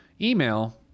email